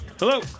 Hello